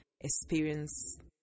experience